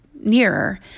nearer